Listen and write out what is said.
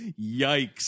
Yikes